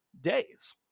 days